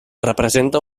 representa